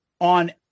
on